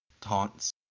taunts